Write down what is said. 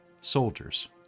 soldiers